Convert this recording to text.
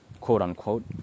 quote-unquote